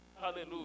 Hallelujah